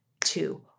two